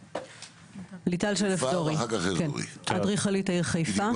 ליטל שלף דורי, אדריכלית העיר חיפה.